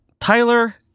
Tyler